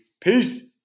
Peace